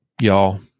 y'all